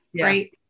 right